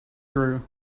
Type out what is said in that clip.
through